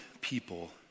people